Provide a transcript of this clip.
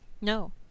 No